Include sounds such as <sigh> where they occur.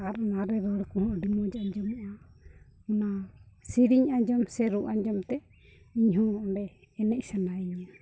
ᱟᱨ ᱚᱱᱟᱨᱮ <unintelligible> ᱟᱹᱰᱤ ᱢᱚᱡᱽ ᱟᱸᱡᱚᱢᱚᱜᱼᱟ ᱱᱚᱣᱟ ᱥᱮᱨᱮᱧ ᱟᱸᱡᱚᱢ ᱥᱮ ᱨᱩ ᱟᱸᱡᱚᱢ ᱛᱮ ᱤᱧᱦᱚᱸ ᱚᱸᱰᱮ ᱮᱱᱮᱡ ᱥᱟᱱᱟᱭᱤᱧᱟᱹ